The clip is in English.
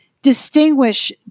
distinguish